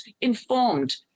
informed